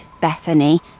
Bethany